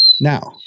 Now